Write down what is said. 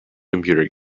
computer